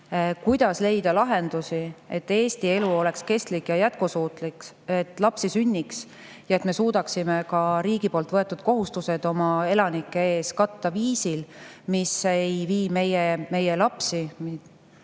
kuidas leida lahendusi, et Eesti elu oleks kestlik ja jätkusuutlik, et lapsi sünniks ja et me suudaksime ka riigi poolt võetud kohustused oma elanike ees katta viisil, mis ei vii meie lapsi,